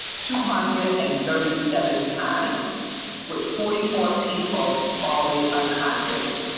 two um hundred and thirty seven times but forty four people falling unconscious.